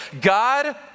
God